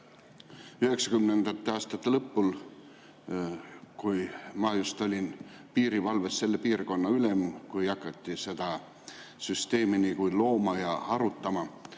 1990. aastate lõpul, kui ma olin piirivalves selle piirkonna ülem, kui hakati seda süsteemi looma ja arutama,